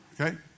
Okay